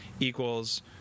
Equals